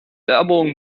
werbung